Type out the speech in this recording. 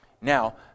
Now